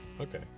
okay